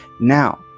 Now